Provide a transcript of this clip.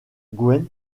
gwent